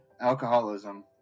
alcoholism